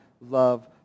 love